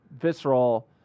visceral